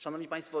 Szanowni Państwo!